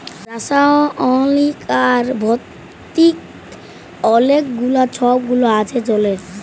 রাসায়লিক আর ভতিক অলেক গুলা ছব গুল আছে জলের